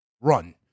run